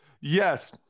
Yes